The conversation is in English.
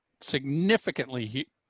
significantly